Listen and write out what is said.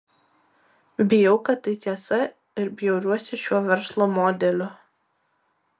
bijau kad tai tiesa ir bjauriuosi šiuo verslo modeliu